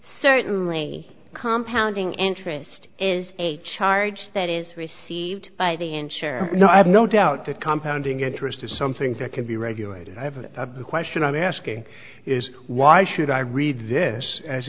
certainly compounding interest is a charge that is received by the insurer no i have no doubt that compounding interest is something that can be regulated i have a question i'm asking is why should i read this as